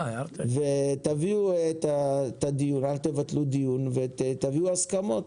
אל תבטלו דיון ותביאו הסכמות.